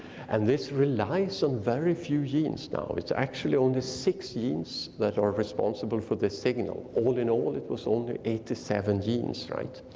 and this relies on very few genes now. it's actually only six genes that are responsible for the signal, all in all it was only eighty seven genes, right?